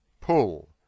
Pull